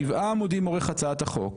שבעה עמודים אורך הצעת החוק,